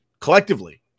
collectively